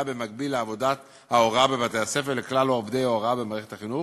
במקביל לעבודת ההוראה בבתי-הספר לכלל עובדי ההוראה במערכת החינוך.